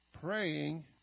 Praying